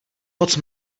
moc